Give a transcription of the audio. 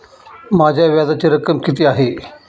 माझ्या व्याजाची रक्कम किती आहे?